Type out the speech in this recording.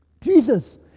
Jesus